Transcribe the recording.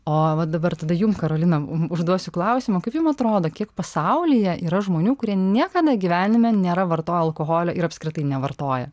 o vat dabar tada jum karolina užduosiu klausimą kaip jum atrodo kiek pasaulyje yra žmonių kurie niekada gyvenime nėra vartoję alkoholio ir apskritai nevartoja